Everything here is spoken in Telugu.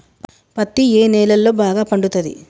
పత్తి ఏ నేలల్లో బాగా పండుతది?